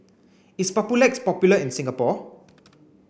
is Papulex popular in Singapore